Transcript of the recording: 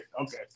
okay